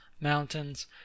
MOUNTAINS